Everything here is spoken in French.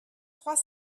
trois